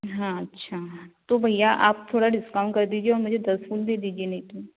हाँ अच्छा तो भैया आप थोड़ा डिस्काउंट कर दीजिए और मुझे दस फूल दे दीजिए नहीं तो